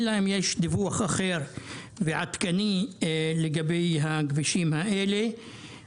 אלא אם יש דיווח אחר ועדכני לגבי הכבישים האלה.